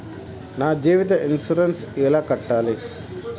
నా జీవిత ఇన్సూరెన్సు ఎలా కట్టాలి?